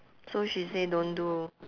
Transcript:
so she say don't do